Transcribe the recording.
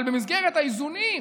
אבל במסגרת האיזונים.